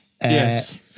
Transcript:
Yes